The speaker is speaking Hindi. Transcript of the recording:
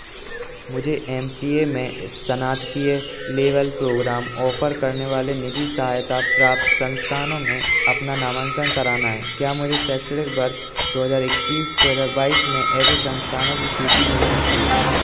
मुझे एम सी ए में स्नातकीय लेवल प्रोग्राम ऑफ़र करने वाले निजी सहायता प्राप्त संस्थानों में अपना नामांकन कराना है क्या मुझे शैक्षणिक बर्ष दो हज़ार इक्कीस दो हज़ार बाईस में ऐसे संस्थानों की सूची मिल सकती है